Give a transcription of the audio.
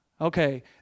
Okay